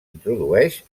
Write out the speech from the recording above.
introdueix